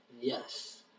Yes